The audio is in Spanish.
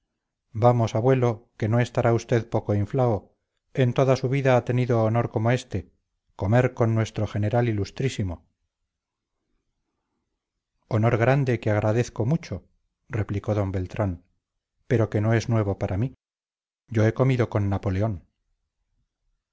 vamos abuelo que no estará usted poco inflao en toda su vida ha tenido honor como este comer con nuestro general ilustrísimo honor grande que agradezco mucho replicó d beltrán pero que no es nuevo para mí yo he comido con napoleón